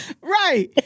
Right